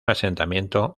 asentamiento